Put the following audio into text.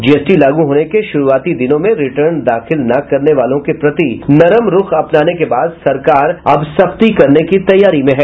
GST लागू होने के शुरूआती दिनों में रिटर्न दाखिल न करने वालों के प्रति नरम रूख अपनाने के बाद सरकार अब सख्ती करने की तैयारी में है